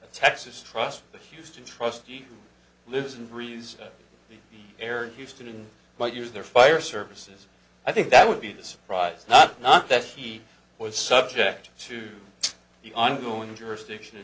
a texas trust the houston trustee lives and breathes air and houston might use their fire services i think that would be the surprise not not that he was subject to the ongoing jurisdiction